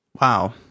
Wow